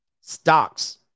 stocks